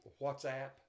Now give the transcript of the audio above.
whatsapp